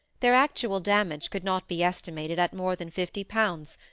their actual damage could not be estimated at more than fifty pounds,